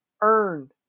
earn